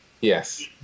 Yes